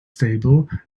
stable